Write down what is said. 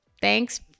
thanks